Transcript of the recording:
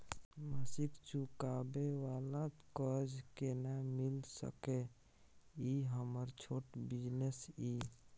मासिक चुकाबै वाला कर्ज केना मिल सकै इ हमर छोट बिजनेस इ?